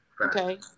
Okay